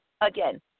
again